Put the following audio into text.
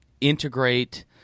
integrate